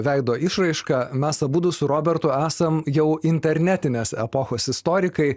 veido išraišką mes abudu su robertu esam jau internetinės epochos istorikai